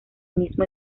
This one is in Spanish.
mismo